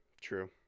True